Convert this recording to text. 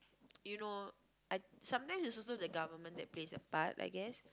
you know I sometimes is also the government that plays a part I guess